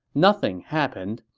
nothing happened,